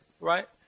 right